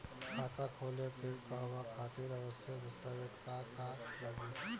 खाता खोले के कहवा खातिर आवश्यक दस्तावेज का का लगी?